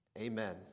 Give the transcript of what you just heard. Amen